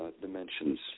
dimensions